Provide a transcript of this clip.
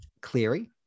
Cleary